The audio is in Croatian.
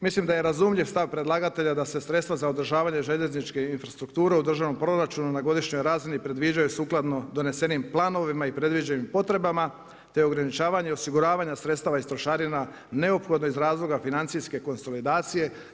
Mislim da je razumljiv stav predlagatelja da se sredstva za održavanje željezničke infrastrukture u državnom proračunu na godišnjoj razini predviđaju sukladno donesenim planovima i predviđenim potrebama, te ograničavanje osiguravanja sredstava iz trošarina neophodno iz razloga financijske konsolidacije.